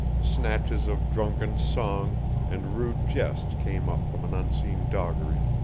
snatches of drunken song and rude jest came up from an unseen doggery,